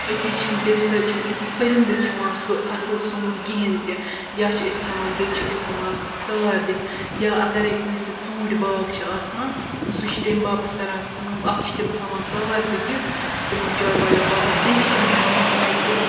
أتی چھِنہٕ تمہِ سۭتۍ چھِ نہٕ أتی پرندِ کھیٚوان سُہ فصل سون کِہیٖنۍ تہِ یا چھِ أسۍ تھاوان بیٚیہِ چھِ أسۍ تھاوان تار دِتھ یا اَگَر کٲنٛسہِ ژوٗنٛٹۍ باغ چھُِ آسان سُہ چھُ تمہِ باپَت کَران کٲم اکھ چھِ تِم تھاوان تار تہِ دِتھ تمو چاروایو باپَت بیٚیہِ چھِ تِم تھاوان تَتہِ